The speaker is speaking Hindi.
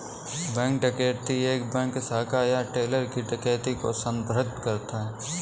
बैंक डकैती एक बैंक शाखा या टेलर की डकैती को संदर्भित करता है